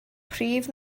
prif